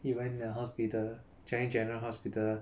you went to the hospital changi general hospital